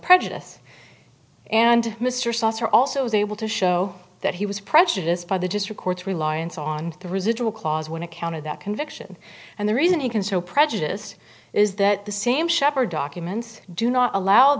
prejudice and mr saucer also was able to show that he was prejudiced by the just for courts reliance on the residual clause when it counted that conviction and the reason he can so prejudiced is that the same shepherd documents do not allow